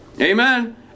Amen